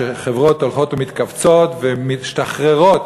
שחברות הולכות ומתכווצות ומשתחררות